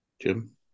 Jim